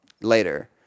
later